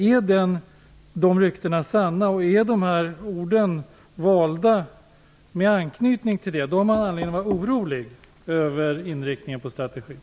Är de ryktena sanna, och är de här orden valda med anknytning till det, då har man anledning att vara orolig över inriktningen på strategin.